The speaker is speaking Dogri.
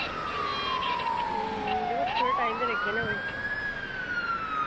दिक्खो थोह्ड़ा टाइम ते लग्गी जाना कोई